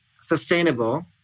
sustainable